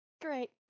Great